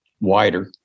wider